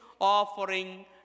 offering